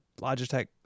Logitech